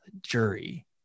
jury